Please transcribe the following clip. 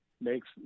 makes